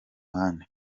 ruhande